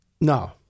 No